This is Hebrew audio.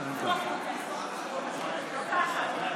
אתה לא ראוי לנהל את הבית הזה.